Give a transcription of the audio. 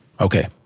okay